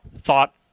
thought